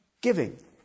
giving